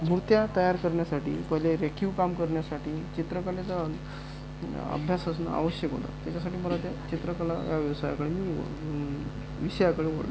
मूर्त्या तयार करण्यासाठी पहिले रेखीव काम करण्यासाठी चित्रकलेचा अभ्यास असणं आवश्यक होतं त्येच्यासाठी मला ते चित्रकला व्यवसायाकडे विषयाकडे वळलो